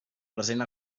present